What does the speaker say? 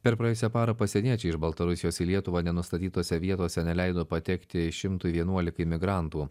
per praėjusią parą pasieniečiai iš baltarusijos į lietuvą nenustatytose vietose neleido patekti šimtui vienuolikai migrantų